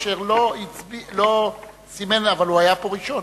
אשר לא סימן אבל הוא היה פה ראשון.